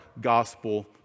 gospel